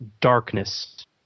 darkness